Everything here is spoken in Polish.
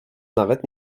nawet